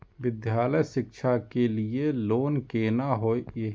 विद्यालय शिक्षा के लिय लोन केना होय ये?